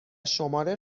شماره